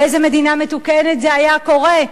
באיזו מדינה מתוקנת זה היה קורה,